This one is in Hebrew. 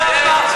גר בה,